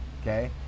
okay